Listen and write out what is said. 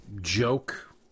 joke